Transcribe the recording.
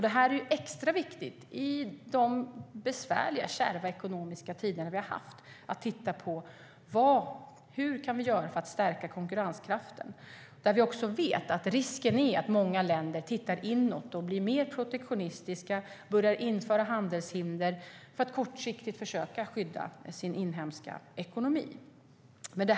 Det är extra viktigt i kärva, besvärliga ekonomiska tider att titta på vad vi kan göra för att stärka konkurrenskraften. Då finns också en risk att många länder tittar inåt och blir mer protektionistiska och börjar införa handelshinder för att kortsiktigt försöka skydda sina inhemska ekonomi.